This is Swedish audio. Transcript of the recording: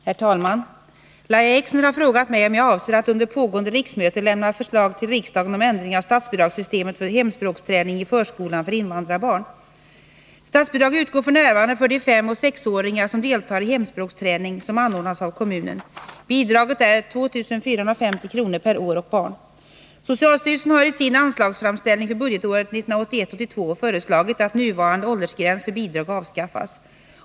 Herr talman! Lahja Exner har frågat mig om jag avser att under pågående riksmöte lämna förslag till riksdagen om ändring av statsbidragssystemet för hemspråksträning i förskolan för invandrarbarn. Socialstyrelsen har i sin anslagsframställning för budgetåret 1981/82 föreslagit att nuvarande åldersgräns för bidrag avskaffas.